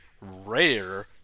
rare